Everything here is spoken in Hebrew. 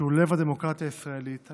שהוא לב הדמוקרטיה הישראלית.